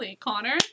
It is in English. Connor